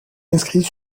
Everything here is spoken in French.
inscrit